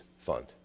fund